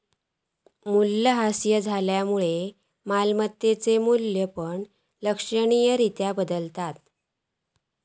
मूल्यह्रास झाल्यामुळा मालमत्तेचा मू्ल्य पण लक्षणीय रित्या बदलता